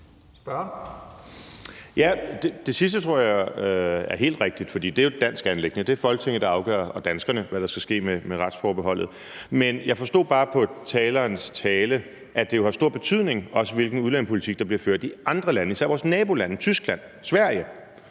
Det sidste tror jeg er helt rigtigt, for det er jo et dansk anliggende. Det er Folketinget og danskerne, der afgør, hvad der skal ske med retsforbeholdet. Men jeg forstod bare på talerens tale, at det jo også har stor betydning, hvilken udlændingepolitik der bliver ført i andre lande, især vores nabolande som Tyskland og Sverige.